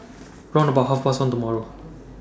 round about Half Past one tomorrow